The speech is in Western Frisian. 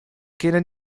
kinne